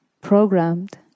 programmed